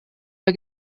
der